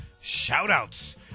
shout-outs